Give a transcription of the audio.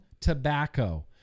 tobacco